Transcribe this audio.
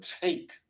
take